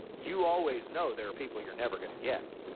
you always know there are people you're never gonna get.